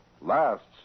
lasts